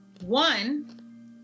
one